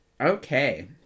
Okay